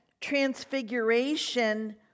transfiguration